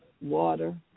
water